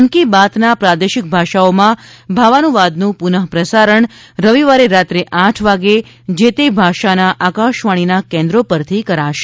મન કી બાતના પ્રાદેશિક ભાષાઓમાં ભાવાનુવાદનું પુનઃ પ્રસારણ રવિવારે રાત્રે આઠ વાગે જે તે ભાષાના આકાશવાણીના કેન્દ્રો પરથી કરાશે